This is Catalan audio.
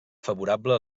favorable